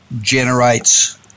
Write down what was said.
generates